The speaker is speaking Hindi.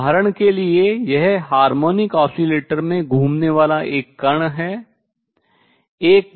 तो उदाहरण के लिए यह हार्मोनिक ऑसीलेटर में घूमने वाला एक कण है